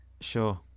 Sure